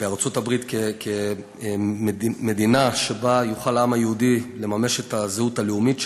בארצות-הברית כמדינה שבה יוכל העם היהודי לממש את הזהות הלאומית שלו,